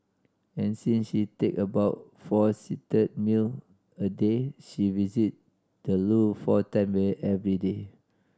and since she take about four seated meal a day she visit the loo four time every day